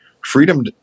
freedom